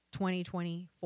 2024